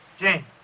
Jane